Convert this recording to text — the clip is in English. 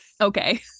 Okay